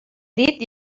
dit